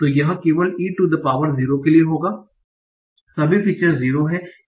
तो यह केवल e टु द पावर 0 के लिए होगा सभी फीचर्स 0 हैं